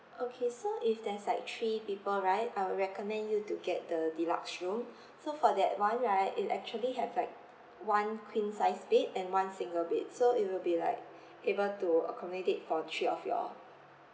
okay so if there's like three people right I will recommend you to get the deluxe room so for that one right it actually have like one queen sized bed and one single bed so it will be like able to accommodate for three of you all